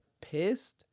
pissed